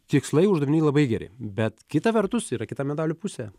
tikslai uždaviniai labai geri bet kita vertus yra kita medalio pusė